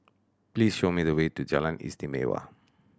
please show me the way to Jalan Istimewa